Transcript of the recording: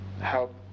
help